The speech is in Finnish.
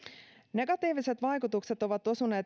negatiiviset vaikutukset ovat osuneet